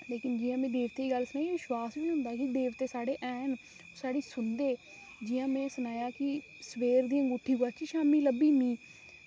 लेकिन जि'यां में देवतें दी गल्ल सुनी में विश्वास बी होंदा की देवते साढ़े हैन साढ़ी सुनदे जियां में सनाया की सवेरे दी अंगूठी गुआची शामीं लब्भी मिगी